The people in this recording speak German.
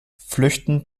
flüchten